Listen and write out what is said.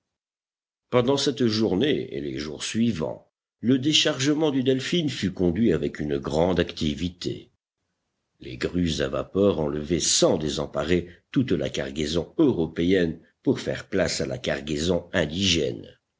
pendant cette journée et les jours suivants le déchargement du delphin fut conduit avec une grande activité les grues à vapeur enlevaient sans désemparer toute la cargaison européenne pour faire place à la cargaison indigène